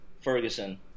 Ferguson